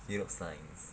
hidup science